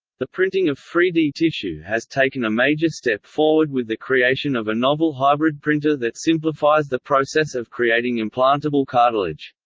the printing of three d tissue has taken a major step forward with the creation of a novel hybrid printer that simplifies the process of creating implantable cartilage.